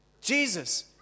Jesus